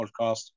podcast